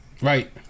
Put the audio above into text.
right